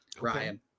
Ryan